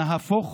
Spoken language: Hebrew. נהפוך